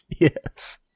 Yes